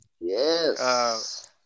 Yes